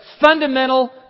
fundamental